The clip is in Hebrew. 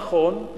נכון.